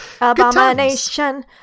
Abomination